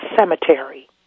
cemetery